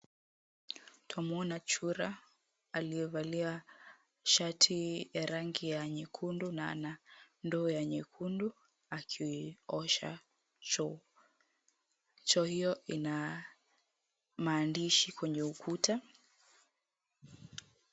Twamwona chura aliyevalia shati ya rangi ya nyekundu na ana ndoo ya nyekundu akiosha choo. Choo huo ina maandishi kwenye ukuta.